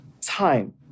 time